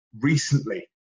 recently